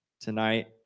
tonight